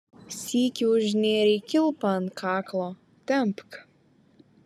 sykį užnėrei kilpą ant kaklo tempk